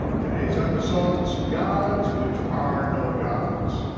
today's episode is gods which are no gods.